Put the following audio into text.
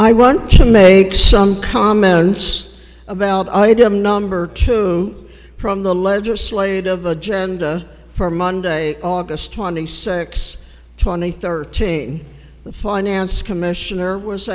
made some comments about item number toom from the legislative agenda for monday august twenty six twenty thirteen the finance commissioner was